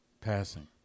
passing